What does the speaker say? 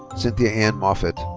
cynthia ann moffett.